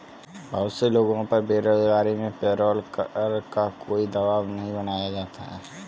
बहुत से लोगों पर बेरोजगारी में पेरोल कर का कोई दवाब नहीं बनाया जाता है